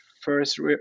first